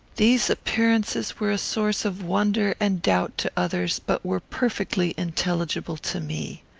these appearances were a source of wonder and doubt to others, but were perfectly intelligible to me.